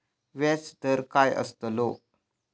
व्याज दर काय आस्तलो?